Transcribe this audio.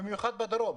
במיוחד בדרום,